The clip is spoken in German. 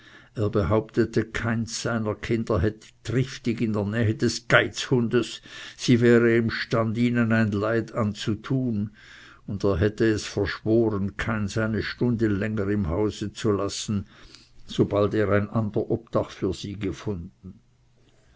er behauptete keins seiner kinder hätte triftig in der nähe des geizhundes sie wäre imstand ihnen ein leid anzutun und er hätte es verschworen keins eine stunde länger im hause zu lassen sobald er ein ander obdach für sie gefunden